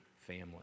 family